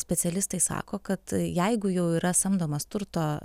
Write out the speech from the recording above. specialistai sako kad jeigu jau yra samdomas turto